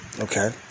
Okay